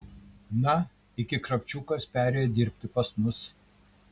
na iki kravčiukas perėjo dirbti pas mus